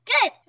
Good